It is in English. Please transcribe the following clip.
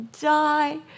die